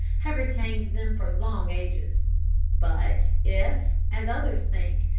have retained them for long ages but if, as others think,